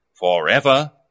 Forever